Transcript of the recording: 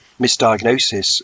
misdiagnosis